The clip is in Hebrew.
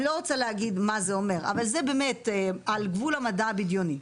אני לא רוצה להגיד מה זה אומר אבל זה על גבול המדע הבדיוני.